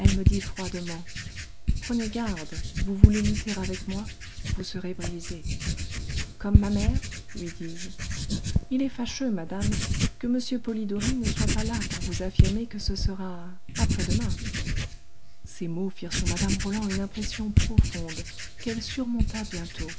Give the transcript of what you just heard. me dit froidement prenez garde vous voulez lutter avec moi vous serez brisée comme ma mère lui dis-je il est fâcheux madame que m polidori ne soit pas là pour vous affirmer que ce sera après-demain ces mots firent sur mme roland une impression profonde qu'elle surmonta bientôt